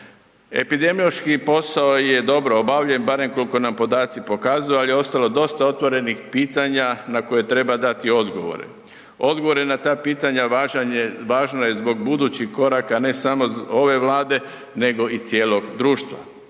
Epidemiološki posao je dobro obavljen, barem koliko nam podaci pokazuju, al je ostalo dosta otvorenih pitanja na koje treba dati odgovore. Odgovore na ta pitanja važno je zbog budućih koraka ne samo ove Vlade nego i cijelog društva.